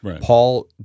Paul